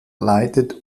leitet